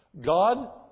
God